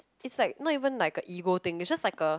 it's like not even like a ego thing it's just like a